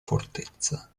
fortezza